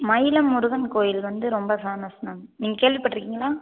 மைலம் முருகன் கோயில் வந்து ரொம்ப ஃபேமஸ் மேம் நீங்கள் கேள்விப்பட்டுருக்கீங்களா